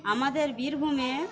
আমাদের বীরভূমে